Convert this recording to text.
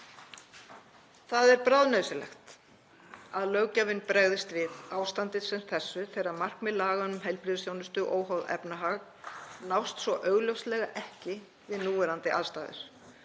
Það er bráðnauðsynlegt að löggjafinn bregðist við ástandi sem þessu þegar markmið laga um heilbrigðisþjónustu óháð efnahag nást svo augljóslega ekki við núverandi aðstæður.